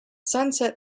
sunset